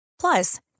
Plus